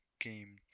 Game